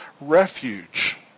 refuge